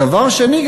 דבר שני,